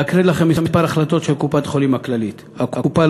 אקריא לכם כמה החלטות של קופת-חולים כללית: הקופה